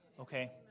Okay